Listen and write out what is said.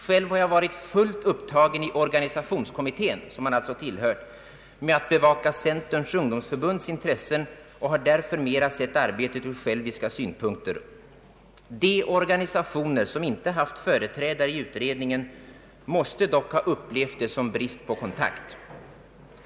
Själv har jag varit fullt upptagen i organisationskommitteén att bevaka CUF:s intressen och har därför mera sett arbetet ur själviska synpunkter. De organisationer som inte haft företrädare i utredningen måste dock ha upplevt det som brist på kontakt.